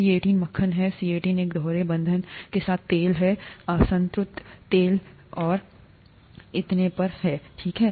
C18 मक्खन है C18 एक दोहरे बंधन के साथ तेल असंतृप्त तेल और इतने पर है ठीक है